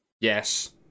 yes